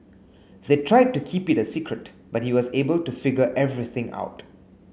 they tried to keep it a secret but he was able to figure everything out